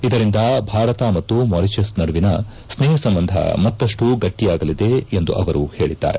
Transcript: ಇದರಿಂದ ಭಾರತ ಮತ್ತು ಮಾರಿಷಸ್ ನಡುವಿನ ಸ್ನೇಹ ಸಂಬಂಧ ಮತ್ತಷ್ಟು ಗಟ್ಟಯಾಗಲಿದೆ ಎಂದು ಅವರು ಪೇಳಿದ್ದಾರೆ